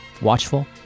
watchful